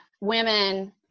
women